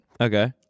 Okay